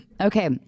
Okay